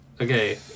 okay